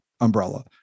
umbrella